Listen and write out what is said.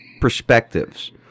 perspectives